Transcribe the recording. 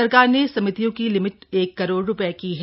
सरकार ने समितियों की लिमिट एक करोड़ रूपए की है